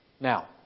Now